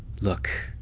look,